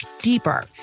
deeper